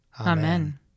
Amen